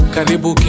Karibu